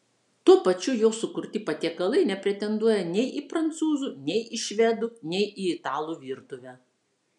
tuo pačiu jo sukurti patiekalai nepretenduoja nei į prancūzų nei į švedų nei į italų virtuvę